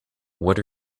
what